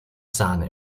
sahne